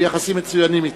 הוא ביחסים מצוינים אתו.